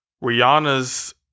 Rihanna's